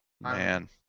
man